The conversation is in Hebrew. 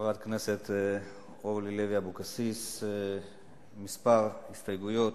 חברת הכנסת אורלי לוי אבקסיס, כמה הסתייגויות,